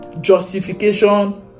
Justification